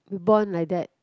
we born like that